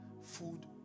food